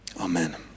Amen